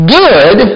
good